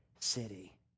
city